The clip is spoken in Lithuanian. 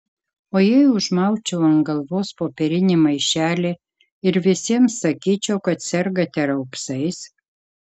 o jei užmaučiau ant galvos popierinį maišelį ir visiems sakyčiau kad sergate raupsais